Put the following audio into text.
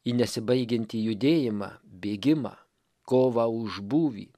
į nesibaigiantį judėjimą bėgimą kovą už būvį